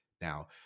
Now